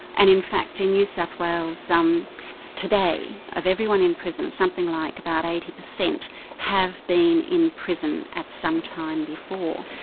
and in fact in new south wales today, of everyone in prison, something like about eighty per cent have been in prison at some time before.